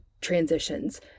transitions